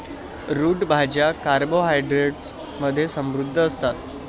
route भाज्या carbohydrates मध्ये समृद्ध असतात